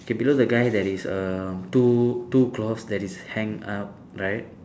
K below the guy there is a two two cloth that is hang up right